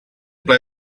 ple